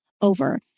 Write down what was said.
over